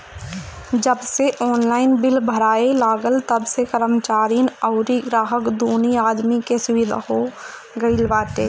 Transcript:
जबसे online bill भराए लागल तबसे कर्मचारीन अउरी ग्राहक दूनो आदमी के सुविधा हो गईल बाटे